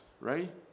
Right